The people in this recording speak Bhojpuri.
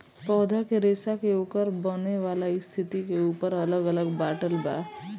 पौधा के रेसा के ओकर बनेवाला स्थिति के ऊपर अलग अलग बाटल बा